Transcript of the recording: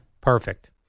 perfect